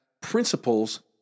principles